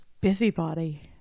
busybody